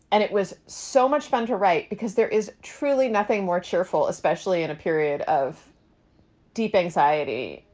and it was so much fun to write because there is truly nothing more cheerful, especially in a period of deep anxiety,